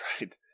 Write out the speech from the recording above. right